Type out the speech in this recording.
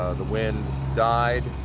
ah the wind died,